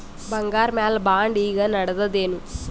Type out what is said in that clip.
ಬಂಗಾರ ಮ್ಯಾಲ ಬಾಂಡ್ ಈಗ ನಡದದೇನು?